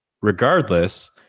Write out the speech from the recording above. Regardless